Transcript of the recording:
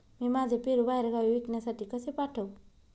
मी माझे पेरू बाहेरगावी विकण्यासाठी कसे पाठवू?